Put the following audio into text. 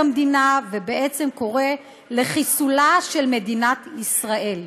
המדינה ובעצם קורא לחיסולה של מדינת ישראל.